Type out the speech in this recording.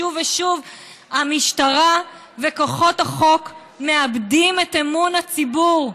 שוב ושוב המשטרה וכוחות החוק מאבדים את אמון הציבור,